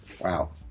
wow